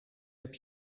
heb